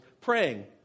praying